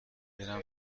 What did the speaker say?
برم